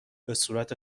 بهصورت